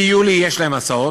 ביולי יש להם הסעות,